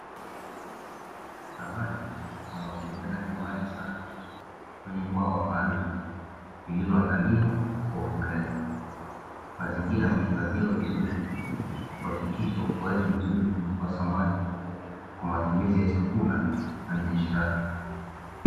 Samaki wanaogelea ndani ya maji safi, kwenye bwawa maalumu lililiandaliwa kwa ufugaji. Mazingira yamehifadhiwa vizuri kuhakikisha ukuaji mzuri wa samaki, kwa matumizi ya chakula na biashara.